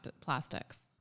plastics